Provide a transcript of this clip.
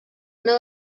una